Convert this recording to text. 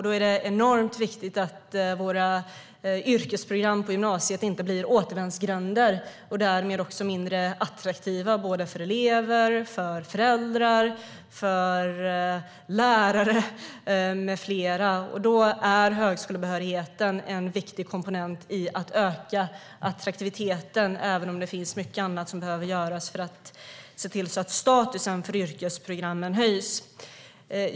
Då är det enormt viktigt att våra yrkesprogram på gymnasiet inte blir återvändsgränder och därmed mindre attraktiva för elever, föräldrar, lärare med flera. Då är högskolebehörigheten en viktig komponent i att öka attraktiviteten, även om det finns mycket annat som behöver göras för att se till att statusen för yrkesprogrammen höjs.